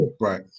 Right